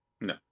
No